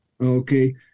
Okay